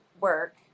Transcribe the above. work